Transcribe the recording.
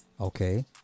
Okay